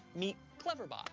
meet cleverbot.